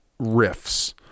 riffs